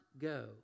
go